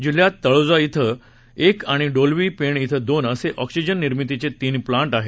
जिल्ह्यात तळोजा येथे एक आणि डोलवी पेण येथे दोन असे ऑक्सीजन निर्मितीचे तीन प्लांट आहेत